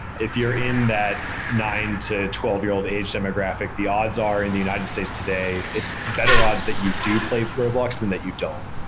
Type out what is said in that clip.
if you're in that nine to twelve year old age demographic, the odds are in the united states today, it's better odds that you do play roblox than that you don't.